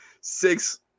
six